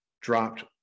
dropped